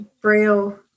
Braille